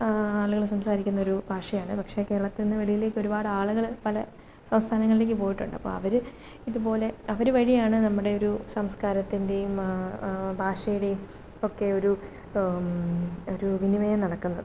ആളുകള് സംസാരിക്കുന്നൊരു ഭാഷയാണ് പക്ഷെ കേരളത്തില്നിന്ന് വെളിയിലേക്കൊരുപാടാളുകള് പല സംസ്ഥാനങ്ങളിലേക്ക് പോയിട്ടുണ്ട് അപ്പോള് അവര് ഇതുപോലെ അവര് വഴിയാണ് നമ്മുടെ ഒരു സംസ്കാരത്തിന്റെയും ഭാഷയുടെയും ഒക്കെ ഒരു ഒരു വിനിമയം നടക്കുന്നത്